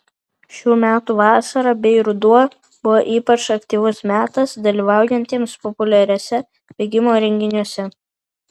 šių metų vasara bei ruduo buvo ypač aktyvus metas dalyvaujantiems populiariuose bėgimo renginiuose